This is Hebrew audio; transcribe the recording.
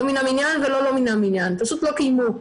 לא מן המניין ולא לא מן המניין פשוט לא קיימו.